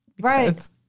Right